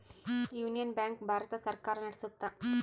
union bank Bharat ಸರ್ಕಾರ ನಡ್ಸುತ್ತ